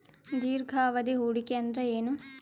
ದೀರ್ಘಾವಧಿ ಹೂಡಿಕೆ ಅಂದ್ರ ಏನು?